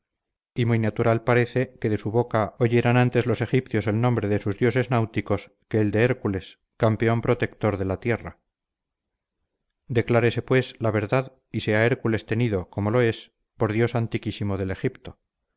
y muy natural parece que de su boca oyeran antes los egipcios el nombre de sus dioses náuticos que el de hércules campeón protector de la tierra declárese pues la verdad y sea hércules tenido como lo es por dios antiquísimo del egipto